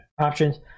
options